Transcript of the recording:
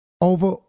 over